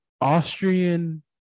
Austrian